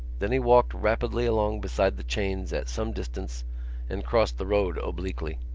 then he walked rapidly along beside the chains at some distance and crossed the road obliquely.